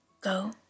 go